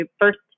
first